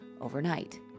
overnight